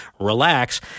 relax